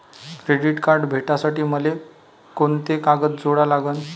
Credit card भेटासाठी मले कोंते कागद जोडा लागन?